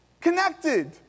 connected